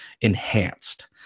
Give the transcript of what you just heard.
enhanced